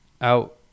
Out